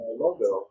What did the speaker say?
logo